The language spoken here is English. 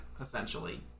essentially